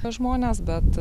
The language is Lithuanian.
žmonės bet